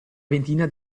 ventina